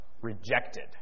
rejected